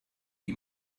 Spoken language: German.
die